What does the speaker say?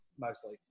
mostly